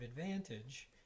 advantage